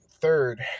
third